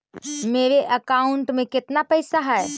मेरे अकाउंट में केतना पैसा है?